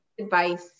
advice